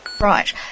right